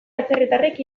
atzerritarrek